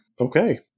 okay